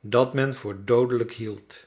dat men voor doodelijk hield